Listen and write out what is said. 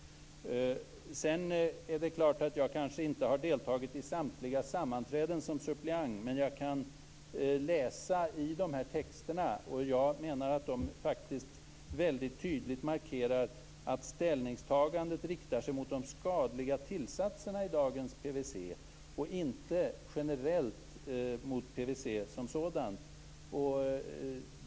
Det är klart att jag som suppleant kanske inte har deltagit i samtliga sammanträden, men jag kan läsa i texterna. Jag anser att de väldigt tydligt markerar att ställningstagandet riktar sig emot de skadliga tillsatserna i dagens PVC och inte generellt mot PVC som sådant.